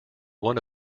one